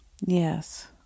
Yes